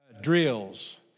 drills